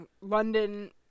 London